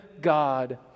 God